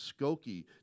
Skokie